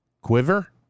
quiver